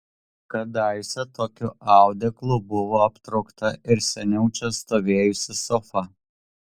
kadaise tokiu audeklu buvo aptraukta ir seniau čia stovėjusi sofa